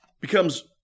Becomes